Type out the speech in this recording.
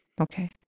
Okay